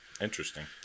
Interesting